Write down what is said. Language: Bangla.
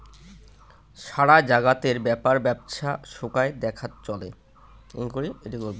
সারা জাগাতের ব্যাপার বেপছা সোগায় দেখাত চলে